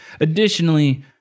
Additionally